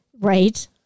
Right